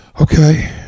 Okay